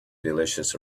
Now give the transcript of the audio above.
delicious